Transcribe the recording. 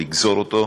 לגזור אותו,